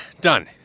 Done